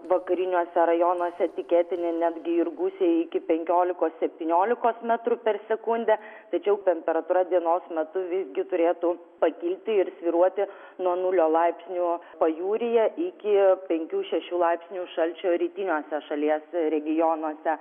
vakariniuose rajonuose tikėtini netgi ir gūsiai iki penkiolikos septyniolikos metrų per sekundę tačiau temperatūra dienos metu visgi turėtų pakilti ir svyruoti nuo nulio laipsnių pajūryje iki penkių šešių laipsnių šalčio rytiniuose šalies regionuose